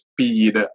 speed